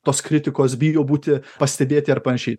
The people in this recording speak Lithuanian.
tos kritikos bijo būti pastebėti ar panašiai